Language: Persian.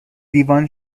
لیوان